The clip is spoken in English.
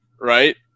right